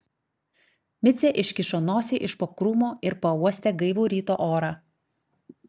micė iškišo nosį iš po krūmo ir pauostė gaivų ryto orą